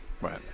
right